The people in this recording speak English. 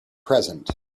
present